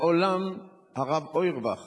מעולם הרב אוירבך